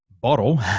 bottle